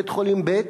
"בית-חולים ב'",